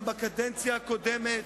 גם בקדנציה הקודמת,